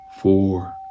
four